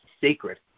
sacred